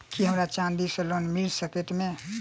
की हमरा चांदी सअ लोन मिल सकैत मे?